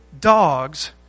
dogs